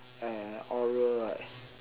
and oral right